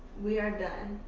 we are done,